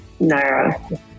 naira